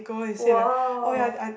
!wow!